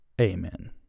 Amen